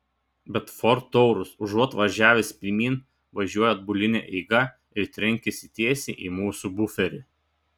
bet ford taurus užuot važiavęs pirmyn važiuoja atbuline eiga ir trenkiasi tiesiai į mūsų buferį